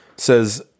says